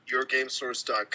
yourgamesource.com